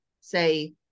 say